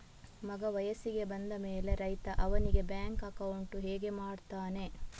ಮಗ ವಯಸ್ಸಿಗೆ ಬಂದ ಮೇಲೆ ರೈತ ಅವನಿಗೆ ಬ್ಯಾಂಕ್ ಅಕೌಂಟ್ ಹೇಗೆ ಮಾಡ್ತಾನೆ?